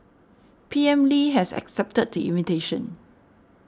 P M Lee has accepted the invitation